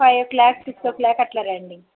five o'clock six o'clock అట్లా రండీ